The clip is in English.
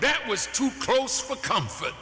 that was too close for comfort